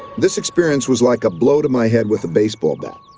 this experience was like a blow to my head with a baseball bat.